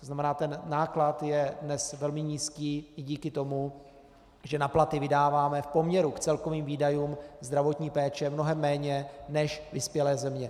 To znamená, ten náklad je dnes velmi nízký i díky tomu, že na platy vydáváme v poměru k celkovým výdajům zdravotní péče mnohem méně než vyspělé země.